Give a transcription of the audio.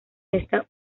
esta